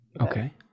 okay